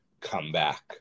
comeback